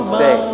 say